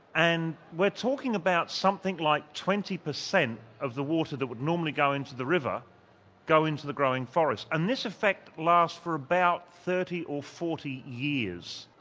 and we're talking about something like twenty percent of the water that would normally go into the river go into the growing forest, and this effect last for about thirty or forty years.